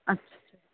अछा